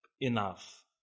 enough